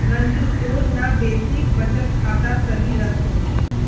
रंजूर तोर ना बेसिक बचत खाता सही रह तोक